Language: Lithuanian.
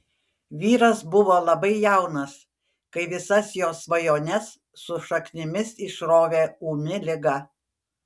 vyras buvo labai jaunas kai visas jo svajones su šaknimis išrovė ūmi liga